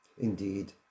Indeed